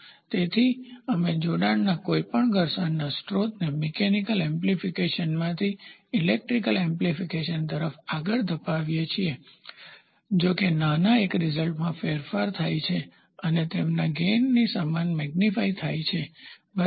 તેથી અમે જોડાણના કોઈપણ ઘર્ષણના સ્ત્રોતને મિકેનિકલયાંત્રિક એમ્પ્લીફીકેશનમાંથી ઇલેક્ટ્રીક્લવિદ્યુત એમ્પ્લીફીકેશન તરફ આગળ ધપાવીએ છીએ જો કે નાના એક રીઝલ્ટમાં ફેરફાર થાય છે જે તેમના ગેઇનલાભની સમાન મેગ્નીફાય થાય છે બરાબર